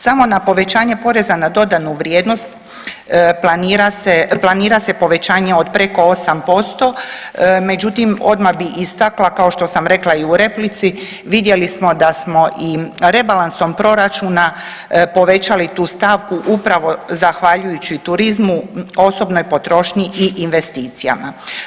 Samo na povećanje poreza na dodanu vrijednost planira se, planira se povećanje od preko 8%, međutim odma bi istakla kao što sam rekla i u replici, vidjeli smo da smo i rebalansom proračuna povećali tu stavku upravo zahvaljujući turizmu, osobnoj potrošnji i investicijama.